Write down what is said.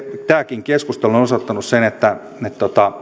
tämäkin keskustelu on osoittanut sen että